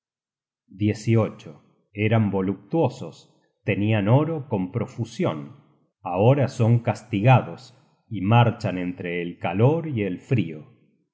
destino eran voluptuosos tenian oro con profusion ahora son castigados y marchan entre el calor y el frio